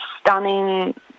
stunning